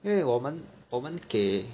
因为我们我们给